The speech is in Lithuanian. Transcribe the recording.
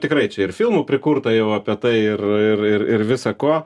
tikrai čia ir filmų prikurta jau apie tai ir ir ir visa ko